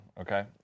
okay